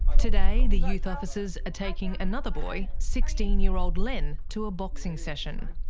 today the youth officers are taking another boy, sixteen year old len, to a boxing session.